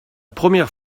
première